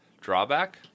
drawback